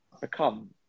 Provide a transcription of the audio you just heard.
become